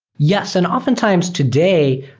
yes, and often times, today,